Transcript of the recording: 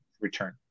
return